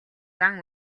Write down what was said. зан